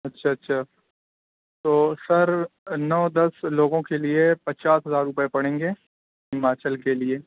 اچھا اچھا تو سر نو دس لوگوں کے لیے پچاس ہزار روپیے پڑیں گے ہماچل کے لیے